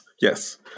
yes